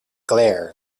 glare